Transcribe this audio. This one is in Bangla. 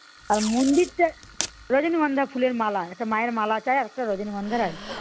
আর মন্দিরটা রজনীগন্ধা ফুলের মালা একটা মায়ের মালা চাই আর একটা রজনীগন্ধার আর কি